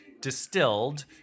distilled